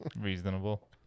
reasonable